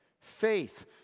Faith